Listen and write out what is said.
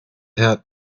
herr